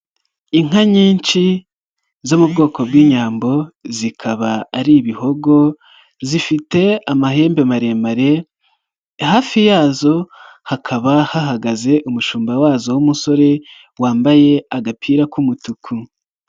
Inka nyinshi zo mu bwoko bw'inyambo zikaba ari ibihogo zifite amahembe maremare hafi yazo hakaba hahagaze umushumba wazo w'umusore wambaye agapira k'umutuku.